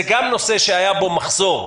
זה גם נושא שהיה בו מחסור,